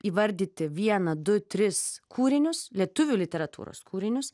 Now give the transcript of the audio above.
įvardyti vieną du tris kūrinius lietuvių literatūros kūrinius